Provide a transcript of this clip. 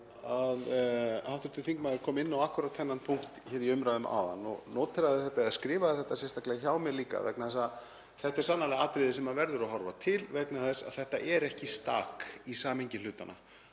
því að hv. þingmaður kom inn á akkúrat þennan punkt hér í umræðum áðan og skrifaði þetta sérstaklega hjá mér líka vegna þess að þetta er sannarlega atriði sem verður að horfa til vegna þess að þetta er ekki stak í samhengi hlutanna,